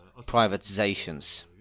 privatizations